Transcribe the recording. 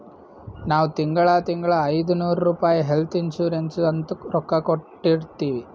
ನಾವ್ ತಿಂಗಳಾ ತಿಂಗಳಾ ಐಯ್ದನೂರ್ ರುಪಾಯಿ ಹೆಲ್ತ್ ಇನ್ಸೂರೆನ್ಸ್ ಅಂತ್ ರೊಕ್ಕಾ ಕಟ್ಟತ್ತಿವಿ